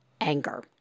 anger